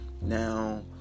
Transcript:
Now